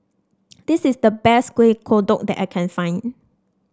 this is the best Kuih Kodok that I can find